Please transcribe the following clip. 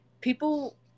People